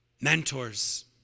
Mentors